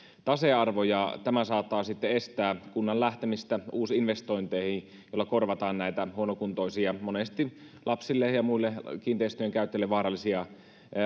tasearvo ja tämä saattaa sitten estää kunnan lähtemistä uusinvestointeihin joilla korvataan näitä huonokuntoisia monesti lapsille ja muille kiinteistöjen käyttäjille vaarallisia